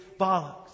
bollocks